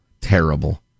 Terrible